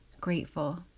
grateful